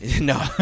No